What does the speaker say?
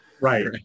Right